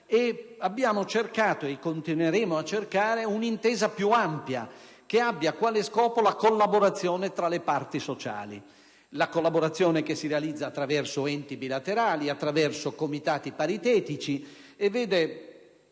abbiamo cercato, e continueremo a cercare, un'intesa più ampia che abbia quale scopo la collaborazione tra le parti sociali, la collaborazione che si realizza attraverso enti bilaterali e comitati paritetici.